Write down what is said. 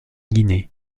guinée